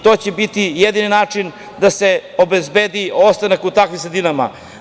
To će biti jedini način da se obezbedi ostanak u takvim sredinama.